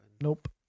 Nope